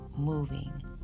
moving